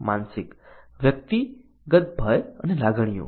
માનસિક વ્યક્તિગત ભય અને લાગણીઓ